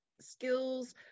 skills